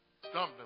stumbling